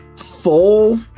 Full